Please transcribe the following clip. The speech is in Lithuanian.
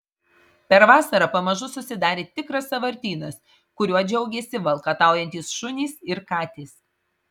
per vasarą pamažu susidarė tikras sąvartynas kuriuo džiaugėsi valkataujantys šunys ir katės